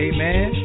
Amen